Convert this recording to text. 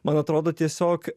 man atrodo tiesiog